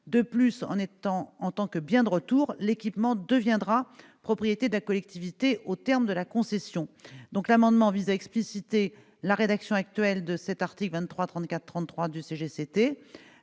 De plus, en tant que bien de retour, l'équipement deviendra propriété de la collectivité au terme de la concession. Le présent amendement vise à expliciter la rédaction actuelle de l'article L. 2334-33 du code